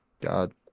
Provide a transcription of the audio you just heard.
god